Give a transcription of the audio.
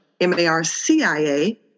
M-A-R-C-I-A